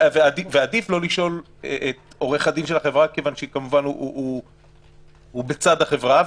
עדיף לא לשאול את עורך הדין של החברה מכיוון שהוא כמובן בצד החברה,